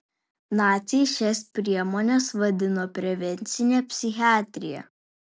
naciai šias priemones vadino prevencine psichiatrija